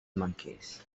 monkeys